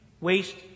waste